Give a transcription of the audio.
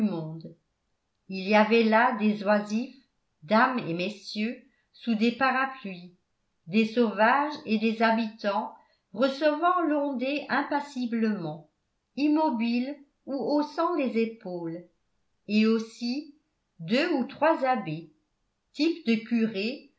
il y avait là des oisifs dames et messieurs sous des parapluies des sauvages et des habitants recevant l'ondée impassiblement immobiles ou haussant les épaules et aussi deux ou trois abbés types de curés